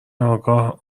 آگاه